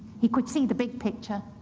he could see the big picture,